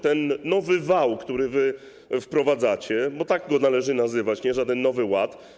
Ten nowy wał, który wprowadzacie, bo tak go należy nazywać, nie żaden Nowy Ład.